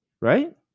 right